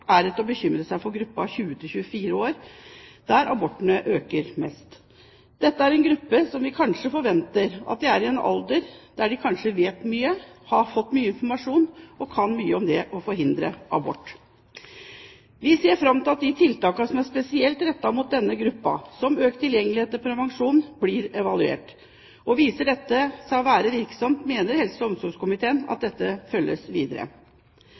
er det til å bekymre seg for aldersgruppen 20–24 år, der aborttallene øker mest. Vi forventer kanskje at denne aldersgruppen har fått mye informasjon og kan mye om det å forhindre graviditet. Vi ser fram til at de tiltakene som er spesielt rettet mot denne gruppen, som økt tilgjengelighet til prevensjon, blir evaluert. Hvis dette viser seg å være virksomt, mener helse- og omsorgskomiteen at det bør følges opp videre.